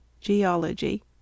Geology